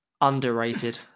Underrated